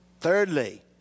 Thirdly